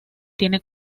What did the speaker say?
tiene